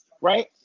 right